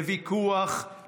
לוויכוח,